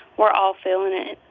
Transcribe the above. we're all feeling it.